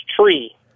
tree